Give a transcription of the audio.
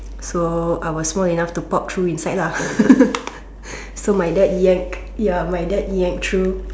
so I was small enough to pop through inside lah so my dad yanked ya my dad yanked through